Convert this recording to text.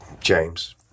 James